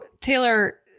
Taylor